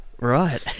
Right